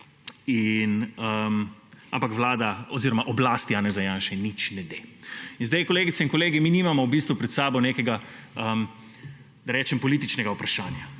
ampak vlada oziroma oblast Janeza Janše nič ne de. In sedaj, kolegice in kolegi, mi nimamo v bistvu pred seboj nekega, da rečem, političnega vprašanja,